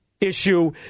issue